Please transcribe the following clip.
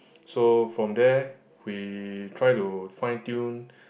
so from there we try to fine tune